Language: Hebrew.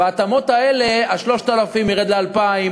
ובהתאמות האלה ה-3,000 ירד ל-2,000,